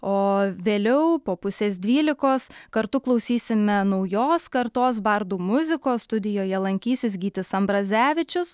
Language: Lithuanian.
o vėliau po pusės dvylikos kartu klausysime naujos kartos bardų muzikos studijoje lankysis gytis ambrazevičius